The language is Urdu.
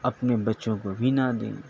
اپنے بچوں کو بھی نہ دیں